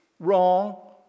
wrong